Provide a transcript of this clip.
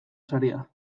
saria